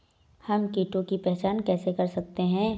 हम कीटों की पहचान कैसे कर सकते हैं?